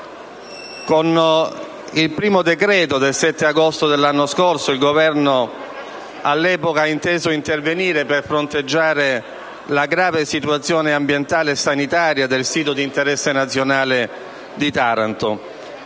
Con il primo decreto del 7 agosto dell'anno scorso, il Governo all'epoca ha inteso intervenire per fronteggiare la grave situazione ambientale e sanitaria del sito di interesse nazionale di Taranto,